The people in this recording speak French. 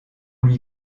lui